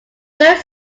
third